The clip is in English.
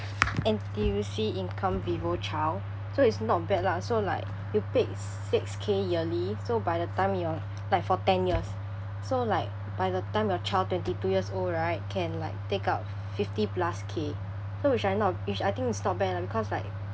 N_T_U_C income vivochild so it's not bad lah so like you paid six K yearly so by the time your like for ten years so like by the time your child twenty two years old right can like take out fifty plus K so which I not which I think is not bad lah because like